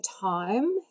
time